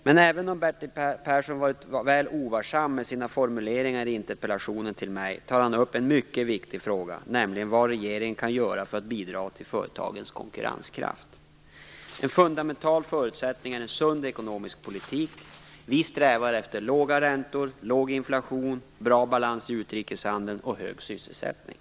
Men även om Bertil Persson varit väl ovarsam med sina formuleringar i interpellationen till mig, tar han upp en mycket viktig fråga, nämligen vad regeringen kan göra för att bidra till företagens konkurrenskraft. En fundamental förutsättning är en sund ekonomisk politik. Vi strävar efter låga räntor, låg inflation, bra balans i utrikeshandeln och hög sysselsättning.